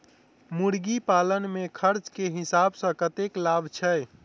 मुर्गी पालन मे खर्च केँ हिसाब सऽ कतेक लाभ छैय?